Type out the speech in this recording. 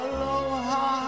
Aloha